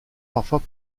parfois